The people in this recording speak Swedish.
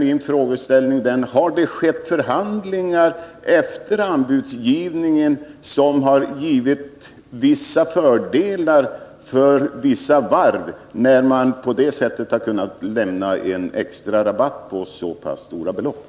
Min fråga är då: Har det skett förhandlingar efter anbudsgivningen som givit vissa fördelar till vissa varv, när man på det sättet har kunnat lämna en extra rabatt på ett så pass stort belopp?